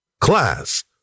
Class